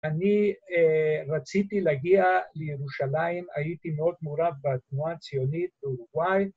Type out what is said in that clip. ‫אני רציתי להגיע לירושלים, ‫הייתי מאוד מעורב בתנועה הציונית באולוגוין.